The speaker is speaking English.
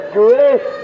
grace